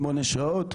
שמונה שעות,